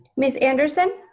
ms. anderson?